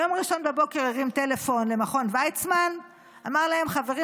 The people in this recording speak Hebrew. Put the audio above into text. ביום ראשון בבוקר הוא הרים טלפון למכון ויצמן ואמר להם: חברים,